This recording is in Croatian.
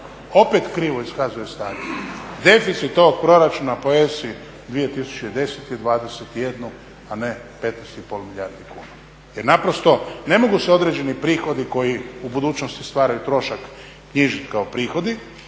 opet krivo iskazuje stanje. Deficit ovog proračuna po ESA 2010 je 21, a ne 15,5 milijardi kuna. Jer naprosto ne mogu se određeni prihodi koji u budućnosti stvaraju trošak knjižit kao prihodi,